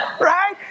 right